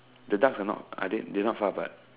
the duck they not far apart